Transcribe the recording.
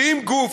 כי אם גוף,